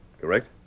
correct